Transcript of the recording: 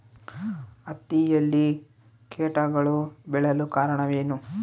ಹತ್ತಿಯಲ್ಲಿ ಕೇಟಗಳು ಬೇಳಲು ಕಾರಣವೇನು?